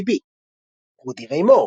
IMDb רודי ריי מור,